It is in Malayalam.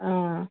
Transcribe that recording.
അ